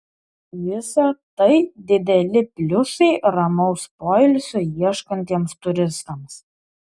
visa tai dideli pliusai ramaus poilsio ieškantiems turistams